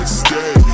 stay